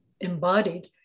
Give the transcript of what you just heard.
embodied